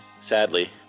Sadly